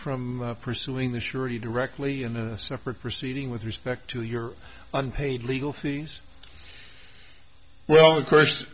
from pursuing the surety directly in a separate proceeding with respect to your unpaid legal fees well of course